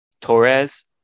Torres